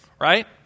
right